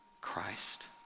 Christ